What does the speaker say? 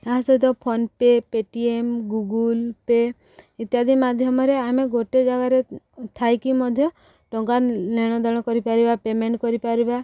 ତା' ସହିତ phone pay' Paytm Google pay' ଇତ୍ୟାଦି ମାଧ୍ୟମରେ ଆମେ ଗୋଟେ ଜାଗାରେ ଥାଇକି ମଧ୍ୟ ଟଙ୍କା ନେଣଦେଣ କରିପାରିବା ପେମେଣ୍ଟ କରିପାରିବା